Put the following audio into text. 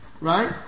Right